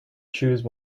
choose